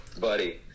buddy